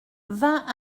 vingt